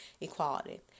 equality